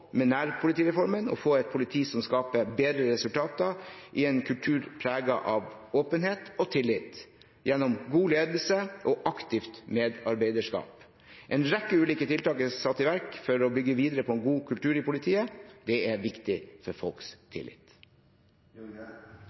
med nærpolitireformen – å få et politi som skaper bedre resultater i en kultur preget av åpenhet og tillit gjennom god ledelse og aktivt medarbeiderskap. En rekke ulike tiltak er satt i verk for å bygge videre på en god kultur i politiet. Det er viktig for folks tillit.